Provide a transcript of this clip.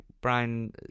brian